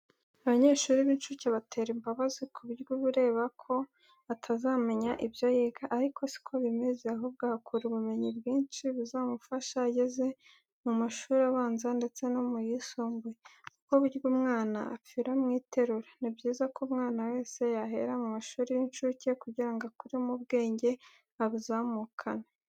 Abanyeshuri b'incuke batera imbabazi ku buryo uba ureba ko atazamenya ibyo yiga. Ariko si ko bimeze ahubwo ahakura ubumenyi bwinshi buzamufasha ageze mu mashuri abanza ndetse no mu yisumbuye kuko burya umwana apfira mu iterura. Ni byiza ko umwana wese yahera mu mashuri y'incuke kugira ngo akure mu bwenge abuzamukane.